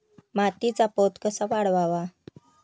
मातीचा पोत कसा वाढवावा?